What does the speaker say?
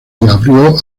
abrió